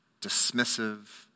dismissive